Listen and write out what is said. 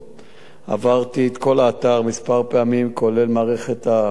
עברתי את כל האתר כמה פעמים, כולל מערכת המצלמות,